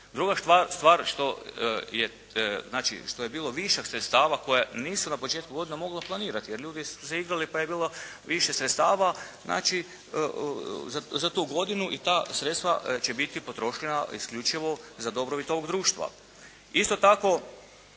Druga stvar što je bilo višak sredstava koja nisu se na početku godine mogla planirati jer ljudi su se …/Govornik se ne razumije./… pa je bilo više sredstava za tu godinu i ta sredstva će biti potrošena isključivo za dobrobit ovog društva. Isto tako